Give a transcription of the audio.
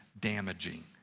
damaging